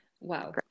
Wow